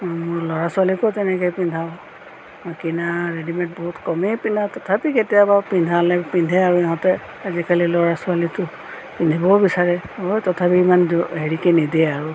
ল'ৰা ছোৱালীকো তেনেকেই পিন্ধাওঁ মই কিনা ৰেডিমে'ড বহুত কমেই পিন্ধাওঁ তথাপি কেতিয়াবা পিন্ধালে পিন্ধে আৰু ইহঁতে আজিকালি ল'ৰা ছোৱালীতো পিন্ধিবও বিচাৰে হয় তথাপি ইমান জো হেৰিকৈ নিদিয়ে আৰু